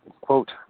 Quote